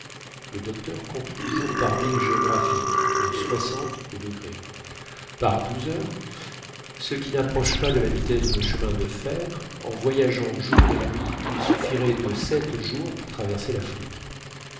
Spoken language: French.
par douze heures ce qui n'approche pas de la vitesse de nos chemins de fer en voyageant jour et nuit il suffirait de sept jours pour traverser l'afrique